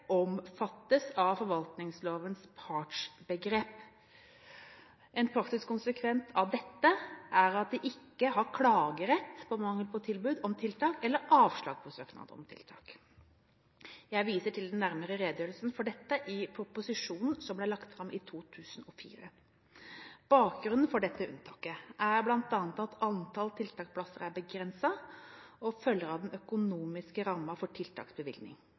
omfattes av forvaltningslovens partsbegrep. En praktisk konsekvens av dette er at de ikke har klagerett på mangel på tilbud om tiltak eller avslag på søknad om tiltak. Jeg viser til den nærmere redegjørelsen for dette i proposisjonen som ble lagt fram i 2004. Bakgrunnen for dette unntaket er bl.a. at antall tiltaksplasser er begrenset, og følger av den økonomiske rammen for tiltaksbevilgning.